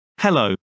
Hello